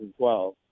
2012